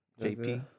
JP